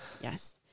yes